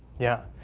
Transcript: yeah,